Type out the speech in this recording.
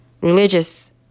religious